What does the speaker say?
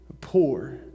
poor